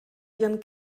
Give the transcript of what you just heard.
ihren